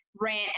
Rant